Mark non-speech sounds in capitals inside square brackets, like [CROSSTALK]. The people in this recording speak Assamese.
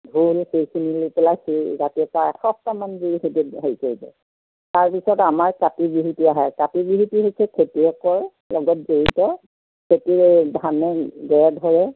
ঢোল সেইখিনি লৈ পেলাই সেই ৰাতিপুৱা এসপ্তাহমান যদি খেতিত হেৰি কৰিব তাৰপিছত আমাৰ কাতি বিহুটো আহে কাতি বিহুটো হৈছে খেতিয়কৰ লগত জড়িত খেতিৰে ধানে [UNINTELLIGIBLE] ধৰে